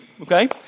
okay